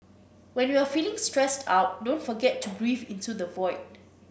when you are feeling stressed out don't forget to breathe into the void